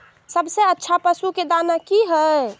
सबसे अच्छा पशु के दाना की हय?